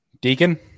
Deacon